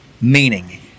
Meaning